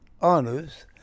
honors